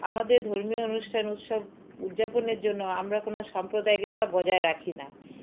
আমাদের ধর্মীয় অনুষ্ঠান উৎসব উদযাপনের জন্য আমরা কোনো সাম্প্রদায়িকতা বজায় রাখি না